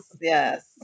yes